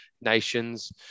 nations